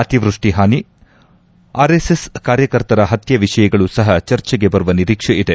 ಅತಿವ್ನಷ್ಟಿ ಹಾನಿ ಆರ್ಎಸ್ಎಸ್ ಕಾರ್ಯಕರ್ತರ ಹತ್ಯೆ ವಿಷಯಗಳು ಸಹ ಚರ್ಚೆಗೆ ಬರುವ ನಿರೀಕ್ಷೆ ಇದೆ